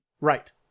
Right